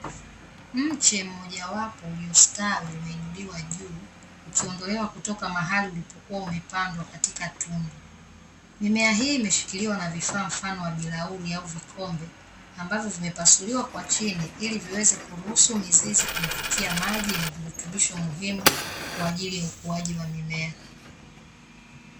Mche mmoja wapo uliostawi umeinuliwa juu. Ukiondolewa kutoka mahali ulipokuwa umepandwa katika tundu. Mimea hii imeshikiliwa na vifaa mfano wa birauni au vikombe ambavyo vimepasuliwa kwa chini ili viweze kuruhusu mizizi kuyafikia maji yenye virutubisho muhimu, kwajili ya ukuaji wa mimea.